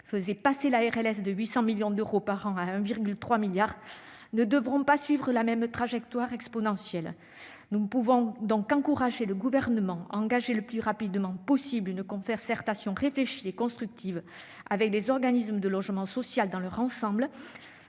montant des économies à réaliser grâce à la RLS ne devront pas suivre la même trajectoire exponentielle. Nous ne pouvons donc qu'encourager le Gouvernement à engager le plus rapidement possible une concertation réfléchie et constructive avec les organismes du logement social dans leur ensemble